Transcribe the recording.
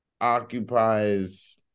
occupies